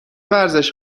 ورزش